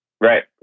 Right